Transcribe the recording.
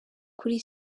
kuri